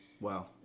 Wow